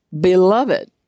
beloved